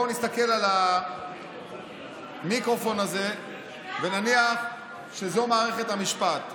בואו נסתכל על המיקרופון הזה ונניח שזו מערכת המשפט.